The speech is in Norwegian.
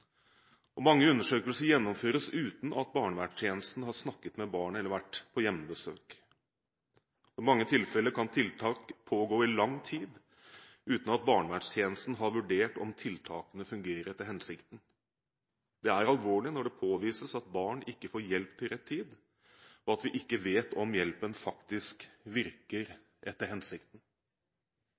og mange undersøkelser gjennomføres uten at barnevernstjenesten har snakket med barnet eller vært på hjemmebesøk. I mange tilfeller kan tiltak pågå i lang tid uten at barnevernstjenesten har vurdert om tiltakene fungerer etter hensikten. Det er alvorlig når det påvises at barn ikke får hjelp til rett tid, og at vi ikke vet om hjelpen faktisk virker etter hensikten.